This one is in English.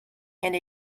and